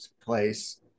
place